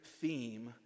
theme